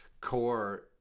core